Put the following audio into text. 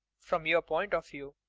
from your point of view.